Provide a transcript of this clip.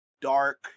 dark